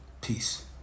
Peace